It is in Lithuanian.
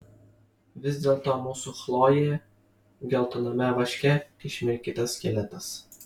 vis dėlto mūsų chlojė geltoname vaške išmirkytas skeletas